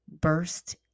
burst